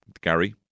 Gary